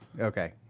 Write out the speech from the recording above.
okay